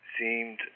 seemed